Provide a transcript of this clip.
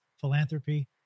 philanthropy